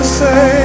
say